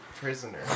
Prisoner